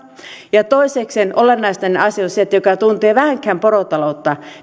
ja toisekseen olennaista tässä asiassa on se että joka tuntee vähänkään porotaloutta